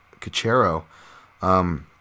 Cachero